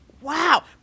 wow